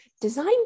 design